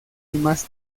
más